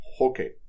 okay